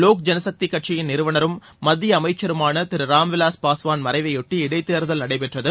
வோக் ஜனசக்தி கட்சியின் நிறுவனரும் மத்திய அமைச்சருமான திரு ராம்விலாஸ் பாஸ்வான் மறைவையொட்டி இடைத்தேர்தல் நடைபெற்றது